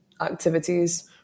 activities